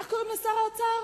איך קוראים לשר האוצר?